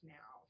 now